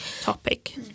topic